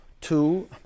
two